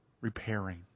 repairing